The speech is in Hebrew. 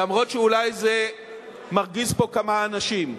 למרות שאולי זה מרגיז פה כמה אנשים.